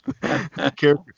character